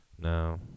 No